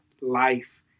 life